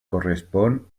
correspon